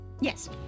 Yes